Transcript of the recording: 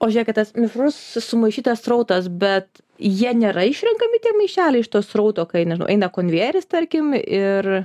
o žiūrėkit tas mišrus sumaišytas srautas bet jie nėra išrenkami tie maišeliai iš to srauto kai na nežinau eina konvejeris tarkim ir